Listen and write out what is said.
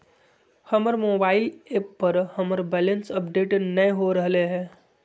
हमर mobile app पर हमर बैलेंस अपडेट नय हो रहलय हें